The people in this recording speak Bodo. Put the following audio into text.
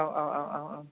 औ औ औऔ